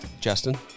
Justin